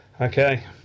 Okay